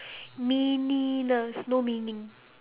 meaningless no meaning